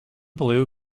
blue